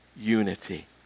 unity